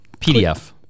PDF